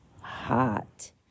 hot